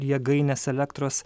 jėgainės elektros